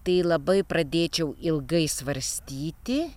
tai labai pradėčiau ilgai svarstyti